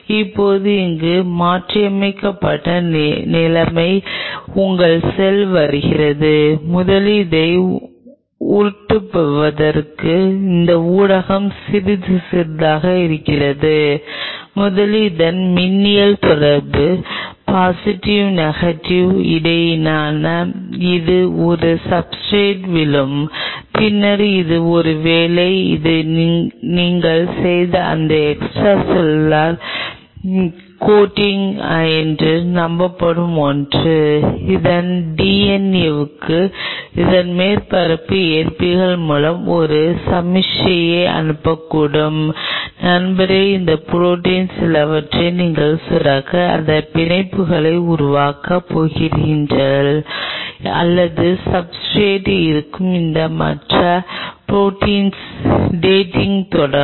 இப்போது இங்கே மாற்றியமைக்கப்பட்ட நிலைமை உங்கள் செல் வருகிறது முதலில் அதை உருட்டுவதற்கு அதன் ஊடகம் சிறிது சிறிதாக இருக்கிறது முதலில் அதன் மின்னியல் தொடர்பு பாசிட்டிவ் நெகட்டிவ் இடைவினை இது ஒரு சப்ஸ்ர்டேட் விழும் பின்னர் இது ஒருவேளை இது நீங்கள் செய்த இந்த எக்ஸ்ட்ரா செல்லுலார் கோட்டிங் என்று நம்பப்படும் ஒன்று அதன் DNA க்கு அதன் மேற்பரப்பு ஏற்பிகள் மூலம் ஒரு சமிக்ஞையை அனுப்பக்கூடும் நண்பரே அந்த ப்ரோடீன்ஸ் சிலவற்றை நீங்கள் சுரக்க அவை பிணைப்பை உருவாக்கப் போகின்றன அல்லது சப்ஸ்ர்டேட் இருக்கும் இந்த மற்ற ப்ரோடீன்ஸ் டேட்டிங் தொடங்கும்